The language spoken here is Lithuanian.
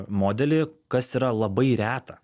modelį kas yra labai reta